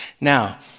Now